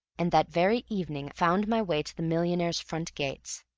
and that very evening found my way to the millionaire's front gates.